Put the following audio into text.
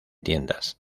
tiendas